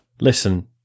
Listen